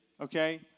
okay